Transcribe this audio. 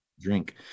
drink